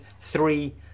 three